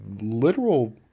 literal